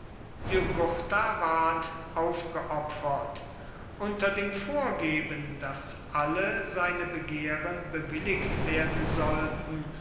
ward aufgeopfert unter dem vorgeben daß alle seine begehren bewilligt werden sollten